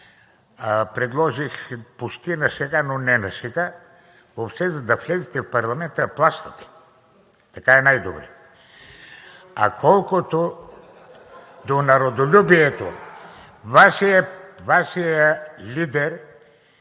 Предложих почти на шега, но не на шега: въобще, за да влезете в парламента, да плащате. Така е най-добре. (Оживление.) А колкото до народолюбието, Вашият лидер